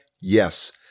Yes